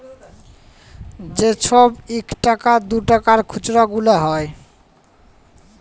যে ছব ইকটাকা দুটাকার খুচরা গুলা হ্যয়